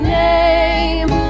name